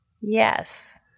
Yes